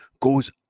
goes